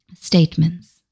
statements